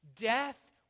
Death